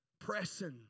Pressing